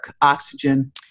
oxygen